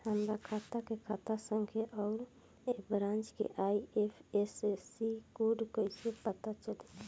हमार खाता के खाता संख्या आउर ए ब्रांच के आई.एफ.एस.सी कोड कैसे पता चली?